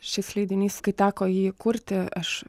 šis leidinys kai teko jį kurti aš